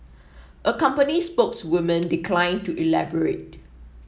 a company spokeswoman declined to elaborate